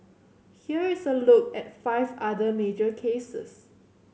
here is a look at five other major cases